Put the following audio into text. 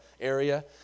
area